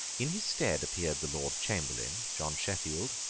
in his stead appeared the lord chamberlain, john sheffield,